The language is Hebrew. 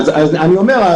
אז אני אומר,